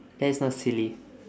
that's not silly